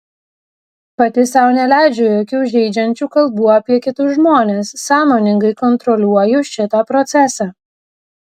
pati sau neleidžiu jokių žeidžiančių kalbų apie kitus žmones sąmoningai kontroliuoju šitą procesą